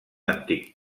antic